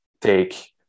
take